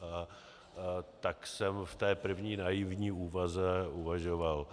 A tak jsem v té první naivní úvaze uvažoval.